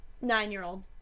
nine-year-old